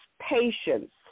patience